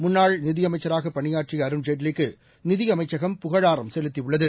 முன்னாள் நிதியமைச்சராகபணியாற்றியஅருண்ஜேட்லிக்கு நிதியமைச்சகம் புகழாரம் செலுத்தியுள்ளது